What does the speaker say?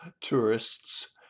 tourists